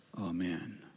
Amen